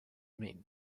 mean